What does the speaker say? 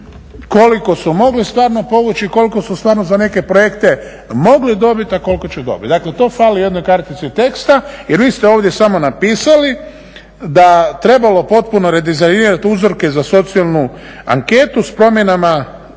koliko su mogli stvarno povući i koliko su stvarno za neke projekte mogli dobiti, a koliko će dobiti. Dakle, to fali jednoj kartici teksta jer vi ste ovdje samo napisali da trebalo potpuno redizajnirat uzorke za socijalnu anketu sa promjenama